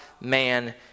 man